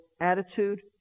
attitude